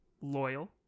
loyal